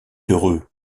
heureux